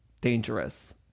dangerous